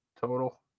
Total